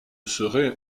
serai